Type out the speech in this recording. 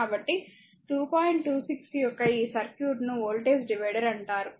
26 యొక్క ఈ సర్క్యూట్ను వోల్టేజ్ డివైడర్ అంటారు